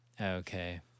Okay